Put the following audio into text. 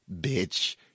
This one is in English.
Bitch